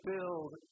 build